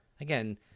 again